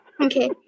Okay